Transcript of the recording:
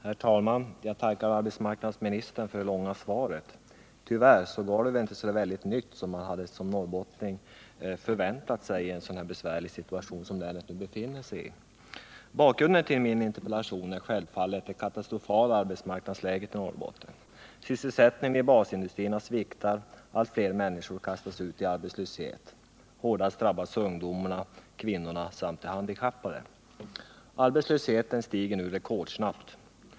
Herr talman! Jag tackar arbetsmarknadsministern för det långa svaret på min interpellation. Tyvärr var det inte så mycket nytt i det som man som norrbottning kanske hade förväntat sig i en så besvärlig situation som den länet just nu befinner sig i. Bakgrunden till min interpellation är självfallet det katastrofala arbetsmarknadsläget i Norrbotten. Sysselsättningen i basindustrierna sviktar och allt fler människor kastas ut i arbetslöshet. Hårdast drabbas ungdomarna, kvinnorna och de handikappade. Arbetslösheten stiger nu rekordsnabbt.